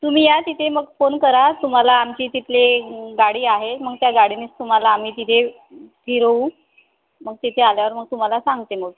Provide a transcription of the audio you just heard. तुम्ही या तिथे मग फोन करा तुम्हाला आमची तिथली ग गाडी आहे मग त्या गाडीनेच तुम्हाला आम्ही तिथे फिरवू मग तिथे आल्यावर मग तुम्हाला सांगते मग